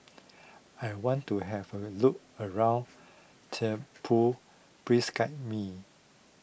I want to have a look around Thimphu please guide me